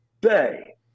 bay